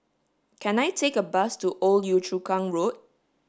can I take a bus to Old Yio Chu Kang Road